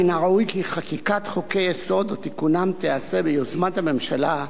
מן הראוי כי חקיקת חוקי-יסוד או תיקונם תיעשה ביוזמת הממשלה,